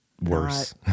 worse